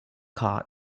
car